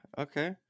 okay